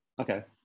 Okay